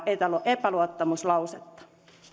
epäluottamuslausetta